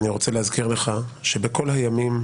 אני רוצה להזכיר לך שבכל הימים,